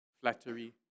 Flattery